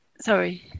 Sorry